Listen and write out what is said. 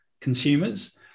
consumers